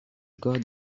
got